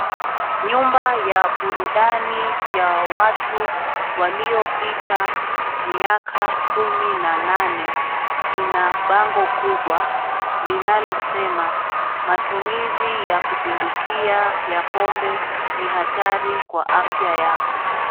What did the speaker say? Nyumba ya burudani ya watu waliopita miaka kumi na nane ,ina bango kubwa linalo sema , matumizi ya kupindukia ya pombe ni hatari kwa afya yako.